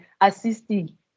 assisting